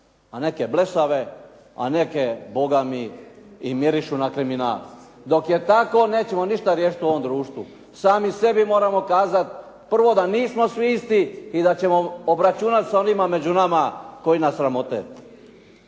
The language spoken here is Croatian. a neke blesave, a neke mirišu i na kriminal. Dok je tako, nećemo ništa riješiti u ovom društvu. Sami sebi moramo kazat prvo da nismo svi isti i da ćemo obračunat sa onima među nama koji nas sramote.